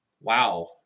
Wow